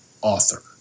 author